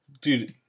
dude